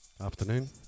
Afternoon